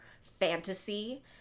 fantasy